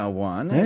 one